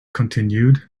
continued